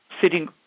sitting